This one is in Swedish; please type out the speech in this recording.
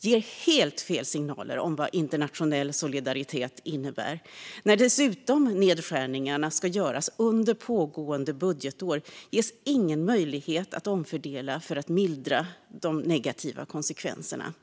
ger helt fel signaler om vad internationell solidaritet innebär. När dessutom nedskärningarna ska göras under pågående budgetår ges ingen möjlighet att omfördela för att mildra de negativa konsekvenserna.